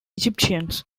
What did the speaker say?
egyptians